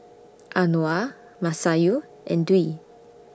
Anuar Masayu and Dwi